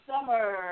summer